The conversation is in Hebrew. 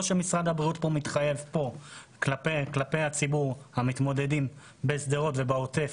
או שמשרד הבריאות מתחייב כאן כלפי ציבור המתמודדים - בשדרות ובעוטף